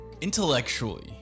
intellectually